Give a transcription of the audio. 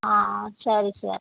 ஆ ஆ சரி சார்